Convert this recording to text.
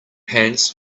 pants